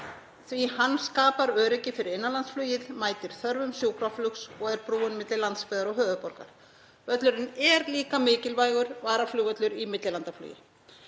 að hann skapar öryggi fyrir innanlandsflugið, mætir þörfum sjúkraflugs og er brúin milli landsbyggðar og höfuðborgar. Völlurinn er líka mikilvægur varaflugvöllur í millilandaflugi.